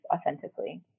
authentically